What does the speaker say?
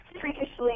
freakishly